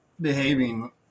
behaving